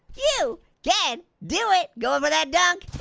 you can do it, going for that dunk.